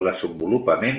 desenvolupament